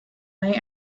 night